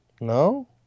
No